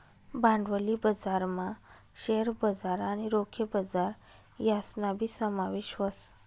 भांडवली बजारमा शेअर बजार आणि रोखे बजार यासनाबी समावेश व्हस